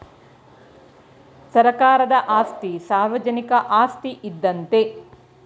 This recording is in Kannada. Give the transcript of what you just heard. ಸರ್ಕಾರದ ಆಸ್ತಿ ಸಾರ್ವಜನಿಕ ಆಸ್ತಿ ಇದ್ದಂತೆ